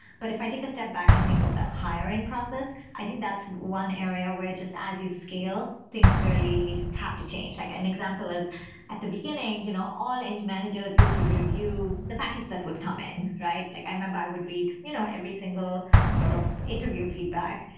but if i take a step back and think of the hiring process, i think that's one area where just as you scale, things really have to change. like an example is at the beginning, you know all and eng managers used to review the packets that would come in, right? like i remember i would read you know every single sort of interview feedback,